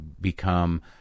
become